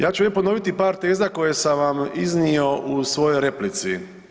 Ja ću ovdje ponoviti par teza koje sam vam iznio u svojoj replici.